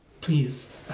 Please